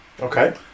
Okay